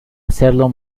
hacerlo